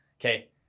okay